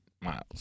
miles